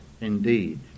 indeed